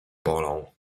bolą